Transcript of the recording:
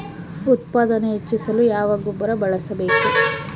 ಉತ್ಪಾದನೆ ಹೆಚ್ಚಿಸಲು ಯಾವ ಗೊಬ್ಬರ ಬಳಸಬೇಕು?